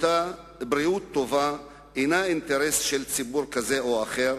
בריאות טובה אינה אינטרס של ציבור כזה או אחר,